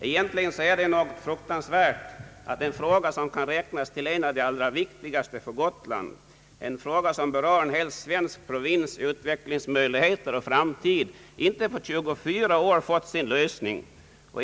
Egentligen är det något fruktansvärt att en fråga som kan räknas till en av de allra viktigaste för Gotland — en fråga som berör en hel svensk provins” utvecklingsmöjligheter och framtid — inte efter 24 år fått sin lösning.